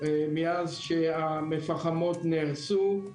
מאז שהמפחמות נהרסו,